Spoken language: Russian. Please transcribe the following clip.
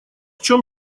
чем